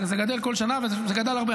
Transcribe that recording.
זה גדל כל שנה וזה גדל הרבה.